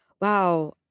wow